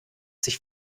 sich